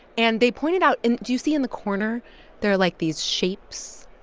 and they pointed out and do you see in the corner there are, like, these shapes?